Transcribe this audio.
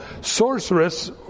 sorceress